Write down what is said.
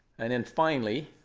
and then finally,